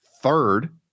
Third